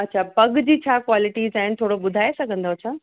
अच्छा पगु जी छा कॉलिटीस आहिनि थोरो ॿुधाए सघंदव छा